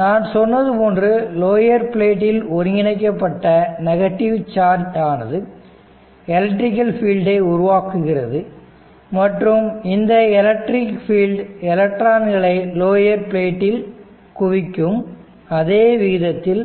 நான் சொன்னது போன்று லோயர் பிளேட்டில் ஒருங்கிணைக்கப்பட்ட நெகட்டிவ் சார்ஜ் ஆனது எலக்ட்ரிக்கல் ஃபீல்டை உருவாக்குகிறது மற்றும் இந்த எலக்ட்ரிக் பீல்ட் எலக்ட்ரான்களை லோயர் பிளேட்டில் குவிக்கும் அதே விகிதத்தில்